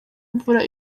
imvura